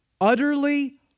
utterly